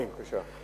בבקשה.